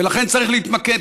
ולכן צריך להתמקד,